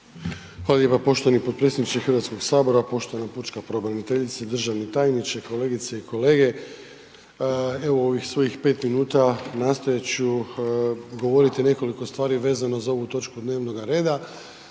Hvala lijepo poštovani potpredsjedniče HS-a. Poštovana pučka pravobraniteljice, državni tajniče, kolegice i kolege. Evo u ovih svojih pet minuta nastojat ću govoriti nekoliko stvari vezano za ovu točku dnevnoga rada.